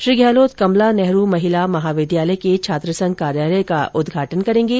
श्री गहलोत कमला नेहरू महिला महाविद्यालय के छात्रसंघ कार्यालय का उदघाटन करेंगे